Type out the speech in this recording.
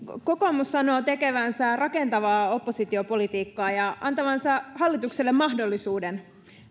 kokoomus sanoo tekevänsä rakentavaa oppositiopolitiikkaa ja antavansa hallitukselle mahdollisuuden